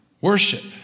Worship